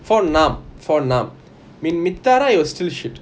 for now for now மீதலம்:meethalam still shit